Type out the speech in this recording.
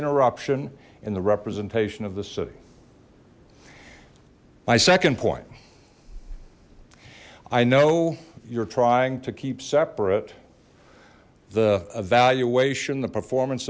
interruption in the representation of the city my second point i know you're trying to keep separate the evaluation the performance